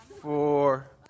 four